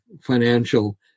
financial